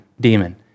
demon